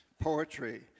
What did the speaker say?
poetry